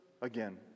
again